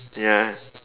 ya